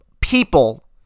people